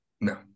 no